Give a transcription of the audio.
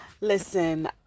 Listen